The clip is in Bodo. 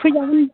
फैजागोन